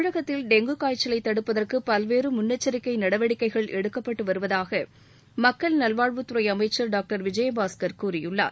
தமிழகத்தில் டெங்கு காய்ச்சலை தடுப்பதற்கு பல்வேறு முன்னெச்சரிக்கை நடவடிக்கைகள் எடுக்கப்பட்டு வருவதாக மக்கள் நல்வாழ்வுத்துறை அமைச்சர் டாக்டர் விஜயபாஸ்கர் கூறியுள்ளார்